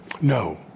No